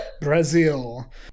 brazil